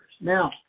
Now